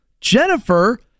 Jennifer